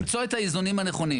כדי למצוא את האיזונים הנכונים.